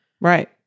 Right